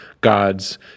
God's